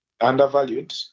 undervalued